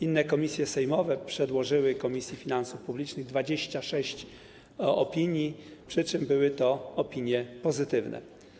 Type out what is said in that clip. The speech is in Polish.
Inne komisje sejmowe przedłożyły Komisji Finansów Publicznych 26 opinii, przy czym były to opinie pozytywne.